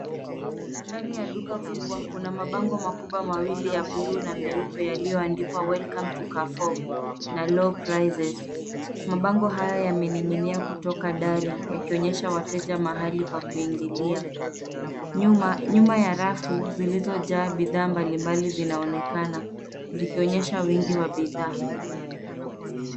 Ndani ya duka kubwa kuna mabango makubwa mawili ya blue na meupe yaliyoandikwa welcome to Carrefour na low prices . Mabango hayo yamening'inia kutoka dari yakionyesha wateja mahali pa kuingilia. Nyuma ya rafu zilizo jaa bidhaa mbali mbali zinaonekana zikionyesha wingi wa bidhaa.